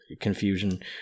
confusion